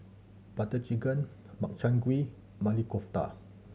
Butter Chicken Makchang Gui Maili Kofta